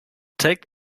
take